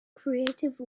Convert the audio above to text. creative